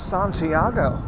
Santiago